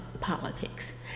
politics